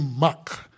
Mac